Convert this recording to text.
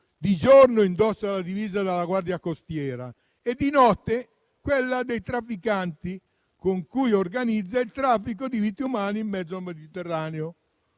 di giorno indossa la divisa dalla guardia costiera e di notte quella dei trafficanti, con cui organizza il traffico di vite umane in mezzo al Mediterraneo.